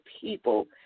people